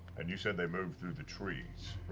and you said they move through the trees,